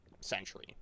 century